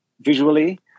visually